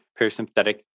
parasympathetic